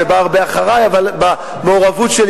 זה בא הרבה הרבה אחרי אבל במעורבות שלי